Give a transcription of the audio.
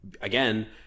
again